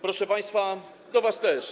Proszę państwa, do was też.